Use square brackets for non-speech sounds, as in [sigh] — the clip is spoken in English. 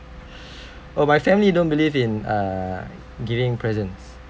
[breath] oh my family don't believe in err giving presents